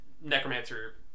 necromancer